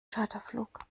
charterflug